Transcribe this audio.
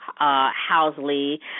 Housley